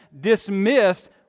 dismissed